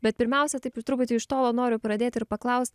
bet pirmiausia taip ir truputį iš tolo noriu pradėt ir paklaust